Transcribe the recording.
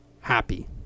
happy